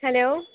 hello